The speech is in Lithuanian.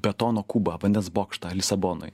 betono kubą vandens bokštą lisabonoj